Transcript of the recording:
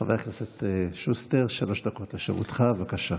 חבר הכנסת שוסטר, שלוש דקות לרשותך, בבקשה.